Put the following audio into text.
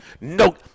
No